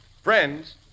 Friends